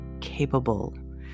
capable